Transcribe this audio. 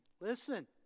listen